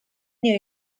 new